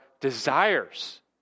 desires